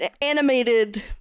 animated